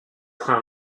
trains